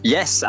Yes